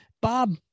Bob